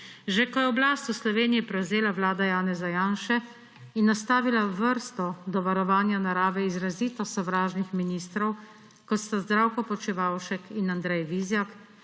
Že ko je oblast v Sloveniji prevzela vlada Janeza Janše in nastavila vrsto do varovanja narave izrazito sovražnih ministrov, kot sta Zdravko Počivalšek in Andrej Vizjak,